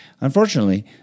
Unfortunately